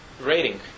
rating